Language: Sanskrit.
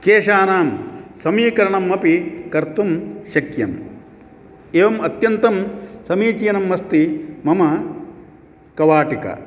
केशानां समीकरणम् अपि कर्तुं शक्यम् एवम् अत्यन्तं समीचीनम् अस्ति मम कवाटिका